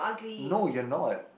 no you're not